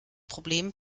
problem